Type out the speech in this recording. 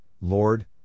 Lord